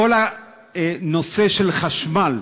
כל הנושא של חשמל,